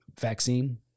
vaccine